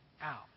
out